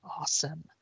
awesome